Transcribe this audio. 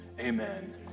Amen